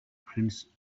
prince